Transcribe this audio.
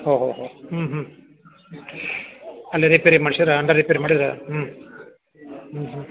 ಒಹೋ ಹೋ ಹ್ಞೂ ಹ್ಞೂ ಅಲ್ಲೇ ರಿಪೇರಿ ಮಾಡ್ಸಿದ್ರೆ ಅಂದ್ರೆ ರಿಪೇರಿ ಮಾಡಿದ್ರೆ ಹ್ಞೂ ಹ್ಞೂ ಹ್ಞೂ